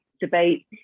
debate